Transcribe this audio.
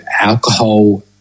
alcohol